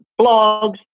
blogs